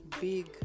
big